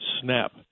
snap